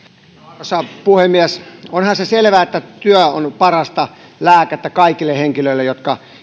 arvoisa puhemies onhan se selvää että työ on parasta lääkettä kaikille henkilöille jotka